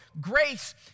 grace